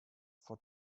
for